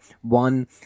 one